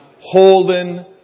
holding